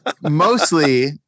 mostly